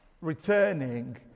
returning